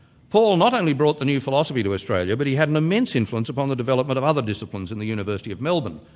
paul not only brought the new philosophy to australia, but he had an immense influence upon the development of other disciplines in the university of melbourne,